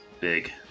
Big